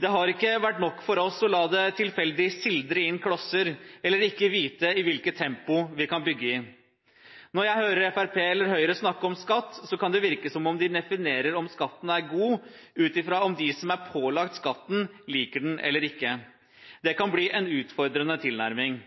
Det har ikke vært nok for oss å la det tilfeldig sildre inn klosser eller ikke vite i hvilket tempo vi kan bygge. Når jeg hører Fremskrittspartiet eller Høyre snakke om skatt, kan det virke som om de definerer om skatten er god, ut fra om de som er pålagt skatten, liker den eller ikke. Det kan bli en utfordrende tilnærming.